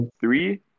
three